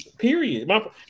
Period